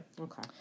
Okay